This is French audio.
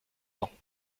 dents